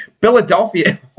Philadelphia